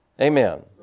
Amen